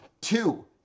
two